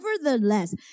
nevertheless